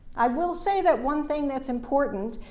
i will say that one thing that's important,